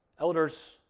Elders